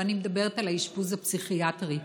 ואני מדברת על האשפוז הפסיכיאטרי.